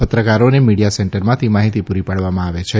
પત્રકારોને મીડીયા સેન્ટરમાંથી માહીતી પૂરી પાડવામાં આવે છે